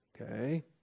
Okay